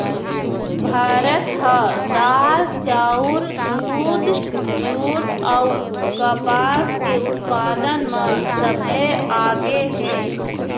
भारत ह दार, चाउर, दूद, जूट अऊ कपास के उत्पादन म सबले आगे हे